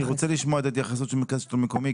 אני רוצה לשמוע את התייחסות מרכז השלטון המקומי.